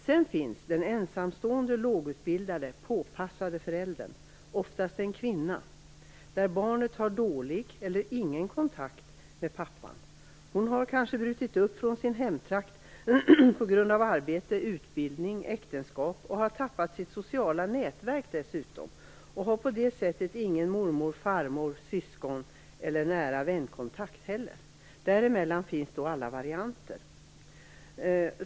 Sedan finns den ensamstående, lågutbildade, påpassade föräldern, oftast en kvinna, vars barn har dålig eller ingen kontakt med den andra föräldern. Denna kvinna har kanske brutit upp från sin hemtrakt på grund av arbete, utbildning eller äktenskap och har dessutom tappat sitt sociala nätverk. Hon har på det sättet ingen kontakt med barnets mormor eller farmor, med syskon eller nära vänner. Mellan dessa två ytterligheter finns alla varianter.